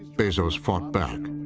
bezos fought back.